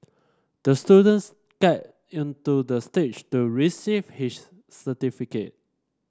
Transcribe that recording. the student skated into the stage to receive his certificate